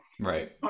right